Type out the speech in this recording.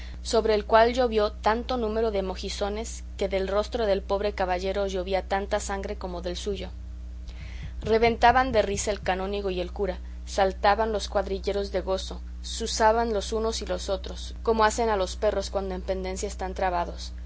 sobre el cual llovió tanto número de mojicones que del rostro del pobre caballero llovía tanta sangre como del suyo reventaban de risa el canónigo y el cura saltaban los cuadrilleros de gozo zuzaban los unos y los otros como hacen a los perros cuando en pendencia están trabados